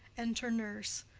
enter nurse.